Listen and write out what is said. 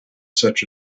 such